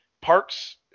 parks